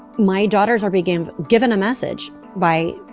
my daughters are big games given a message by.